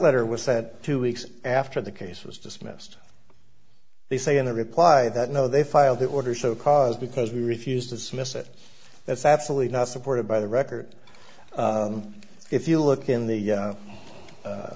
letter was sent two weeks after the case was dismissed they say in a reply that no they filed the order so cause because we refused to solicit that's absolutely not supported by the record if you look in the